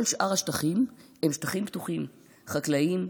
וכל שאר השטחים הם שטחים פתוחים: חקלאיים,